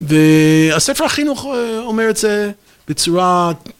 והספר החינוך אומר את זה בצורה.